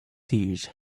seers